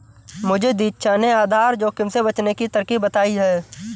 मुझे दीक्षा ने आधार जोखिम से बचने की तरकीब बताई है